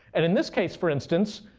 and in this case, for instance,